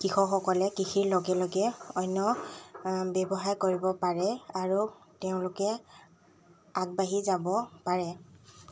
কৃষকসকলে কৃষিৰ লগে লগে অন্য ব্যৱসায় কৰিব পাৰে আৰু তেওঁলোকে আগবাঢ়ি যাব পাৰে